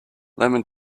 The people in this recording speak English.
lemon